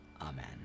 amen